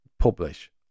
publish